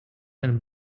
and